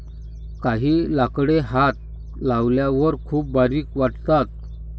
काही लाकडे हात लावल्यावर खूप बारीक वाटतात